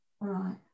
Right